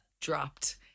dropped